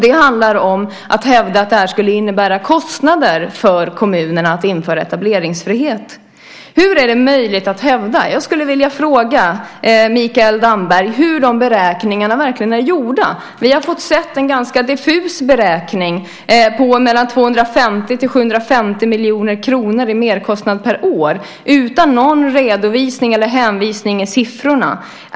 Det handlar om att hävda att det skulle innebära kostnader för kommunerna att införa etableringsfrihet. Hur är det möjligt att hävda det? Jag skulle vilja fråga Mikael Damberg hur de beräkningarna egentligen är gjorda. Vi har fått se en ganska diffus beräkning som innebär mellan 250 och 750 miljoner kronor i merkostnad per år, dock utan någon redovisning eller hänvisning vad gäller siffrorna.